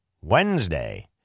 Wednesday